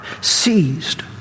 seized